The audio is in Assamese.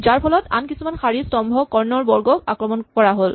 যাৰফলত আন কিছুমান শাৰী স্তম্ভ কৰ্ণৰ বৰ্গক আক্ৰমণ কৰা হ'ল